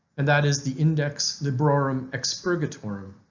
and that is the index librorum expurgatorum,